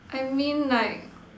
I mean like